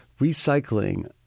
recycling